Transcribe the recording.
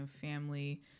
family